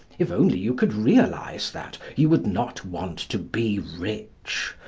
if only you could realise that, you would not want to be rich.